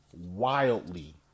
Wildly